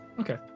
Okay